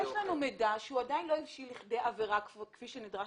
יש לנו מידע שהוא עדיין לא הבשיל לכדי עבירה כפי שנדרש